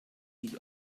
sich